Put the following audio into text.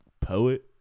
Poet